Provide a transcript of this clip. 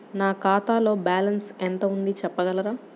నా ఖాతాలో బ్యాలన్స్ ఎంత ఉంది చెప్పగలరా?